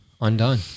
Undone